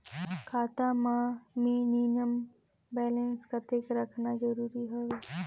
खाता मां minimum balance कतेक रखना जरूरी हवय?